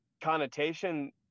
connotation